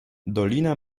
dolina